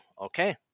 okay